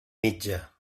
mitja